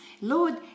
Lord